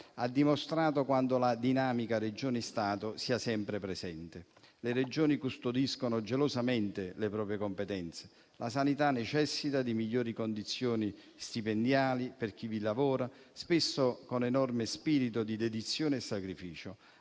ha dimostrato quanto la dinamica Regioni-Stato sia sempre presente. Le Regioni custodiscono gelosamente le proprie competenze, la sanità necessita di migliori condizioni stipendiali per chi vi lavora, spesso con enorme spirito di dedizione e sacrificio,